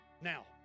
Now